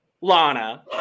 Lana